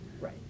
Right